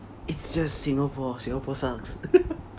it's just Singapore Singapore sucks